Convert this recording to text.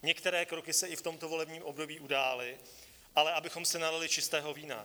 Některé kroky se i v tomto volebním období udály, ale abychom si nalili čistého vína.